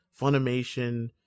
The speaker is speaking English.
funimation